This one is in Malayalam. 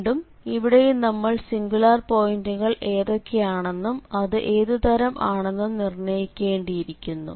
വീണ്ടും ഇവിടെയും നമ്മൾ സിംഗുലാർ പോയിന്റുകൾ ഏതൊക്കെയാണെന്നും അത് ഏതു തരം ആണെന്നും നിർണ്ണയിക്കേണ്ടിയിരിക്കുന്നു